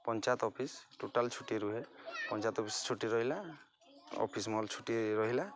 panchayat office total ଛୁଟି ରୁହେ panchayat office ଛୁଟି ରହିଲା ଅଫିସ୍ ମଲ୍ ଛୁଟି ରହିଲା